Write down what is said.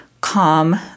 calm